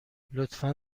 لطفا